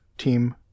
team